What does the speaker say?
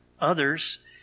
others